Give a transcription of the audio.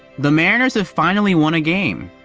the mariners have finally won a game,